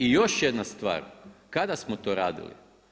I još jedna stvar kada smo to radili?